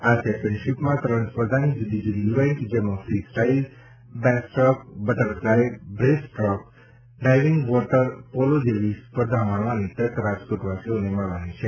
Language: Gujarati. આ ચેમ્પીયનશીપમાં તરણ સ્પર્ધાની જુદી જુદી ઇવેન્ટ જેમાં freestyle backstroke butterfly breaststroke diving water polo જેવી સ્પર્ધા માણવાની તક રાજકોટવાસીઓને મળવાની છે